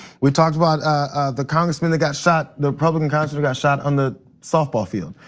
we talked about the congressman that got shot. no problem congressman got shot on the softball field.